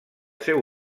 seu